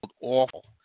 awful